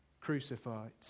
crucified